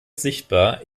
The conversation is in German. sichtbar